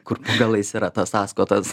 kur po galais yra tas askotas